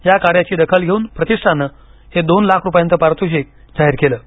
या कार्याची दखल घेऊन प्रतिष्ठानं हे दोन लाख रुपयाचं पारितोषिक जाहीर केलं आहे